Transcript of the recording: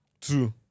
Two